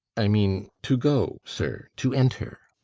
i mean, to go, sir, to enter.